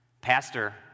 Pastor